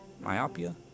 Myopia